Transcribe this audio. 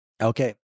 Okay